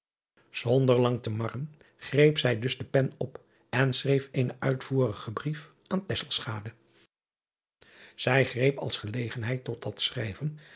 onder lang te marren greep zij dus de pen op en schreef eenen uitvoerigen brief aan ij greep als gelegenheid tot dat schrijven